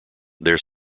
their